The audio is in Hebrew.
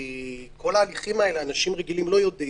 כי כל ההליכים האלה אנשים רגילים לא יודעים,